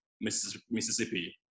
Mississippi